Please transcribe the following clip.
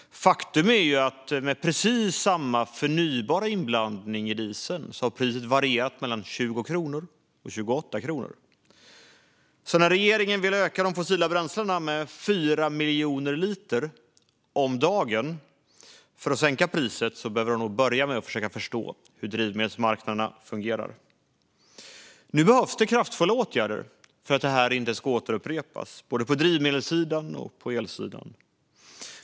Med precis samma förnybara inblandning i dieseln har priset varierat mellan 20 och 28 kronor. Regeringen vill öka de fossila bränslena med 4 miljoner liter om dagen för att sänka priset, men man behöver nog börja med att försöka förstå hur drivmedelsmarknaden fungerar. Nu behövs det kraftfulla åtgärder för att detta inte ska upprepas, både på drivmedelssidan och på elsidan.